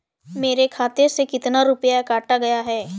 मेरे खाते से कितना रुपया काटा गया है?